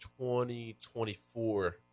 2024